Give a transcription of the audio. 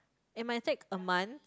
it might take a month